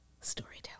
storytelling